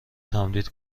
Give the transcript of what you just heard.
تمدید